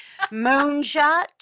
Moonshot